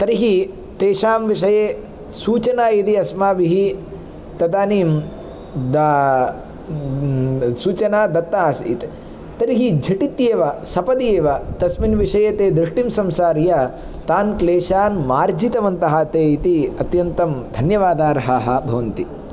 तर्हि तेषां विषये सूचना यदि अस्माभिः तदानीं दा सूचना दत्ता आसीत् तर्हि झटित्येव सपदि एव तस्मिन् विषये ते दृष्टिं संसार्य तान् क्लेशान् मार्जितवन्तः ते इति अत्यन्तं धन्यवादार्हाः भवन्ति